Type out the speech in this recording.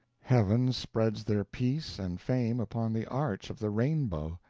heaven spreads their peace and fame upon the arch of the rainbow,